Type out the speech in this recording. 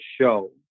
show